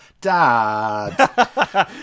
Dad